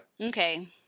Okay